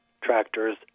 tractors